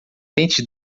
tente